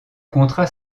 contrat